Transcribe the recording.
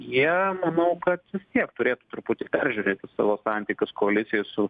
jie manau kad vis tiek turėtų truputį peržiūrėti savo santykius koalicijoj su